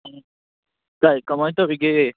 ꯀꯃꯥꯏ ꯇꯧꯔꯤꯒꯦ